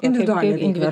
individualią veiklą